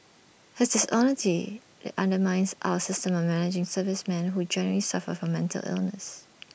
his dishonesty undermines our system of managing servicemen who genuinely suffer from mental illness